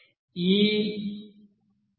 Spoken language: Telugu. ఈ min